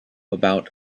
about